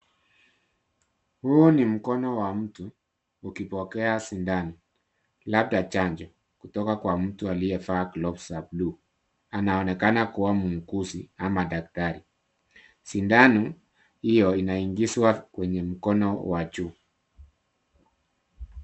Huu ni mkono wa mtu ukipokea sindano, labda chanjo, kutoka kwa mtu aliyevaa glovu za bluu. Anaonekana kuwa muuguzi ama daktari. Sindano hiyo inaingizwa kwenye mkono wa juu.